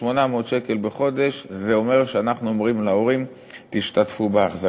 800 שקל בחודש זה אומר שאנחנו אומרים להורים: תשתתפו בהחזקה.